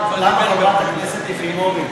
למה חברת הכנסת יחימוביץ,